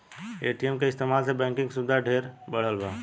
ATM के इस्तमाल से बैंकिंग के सुविधा ढेरे बढ़ल बा